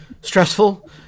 stressful